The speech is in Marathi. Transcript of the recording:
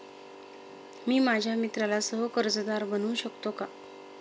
मी माझ्या मित्राला सह कर्जदार बनवू शकतो का?